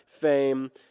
fame